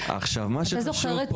אתה זוכר את